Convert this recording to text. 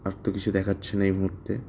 আর তো কিছু দেখাচ্ছে না এই মুহুর্তে